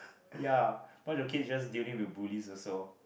ya bunch of kids just dealing with bullies also